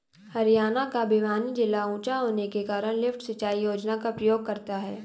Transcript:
हरियाणा का भिवानी जिला ऊंचा होने के कारण लिफ्ट सिंचाई योजना का प्रयोग करता है